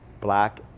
black